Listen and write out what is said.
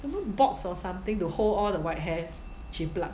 don't know box or something to hold all the white hair she pluck